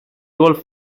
golf